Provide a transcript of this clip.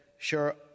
Sure